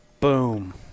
Boom